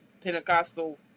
Pentecostal